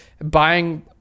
buying